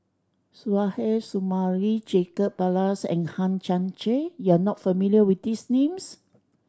Suzairhe Sumari Jacob Ballas and Hang Chang Chieh you are not familiar with these names